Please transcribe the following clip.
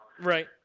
Right